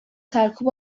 سرکوب